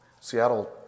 Seattle